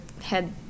head